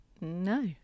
No